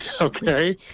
Okay